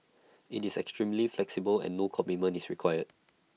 extremely flexible and no commitment is required